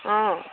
অঁ